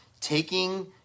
taking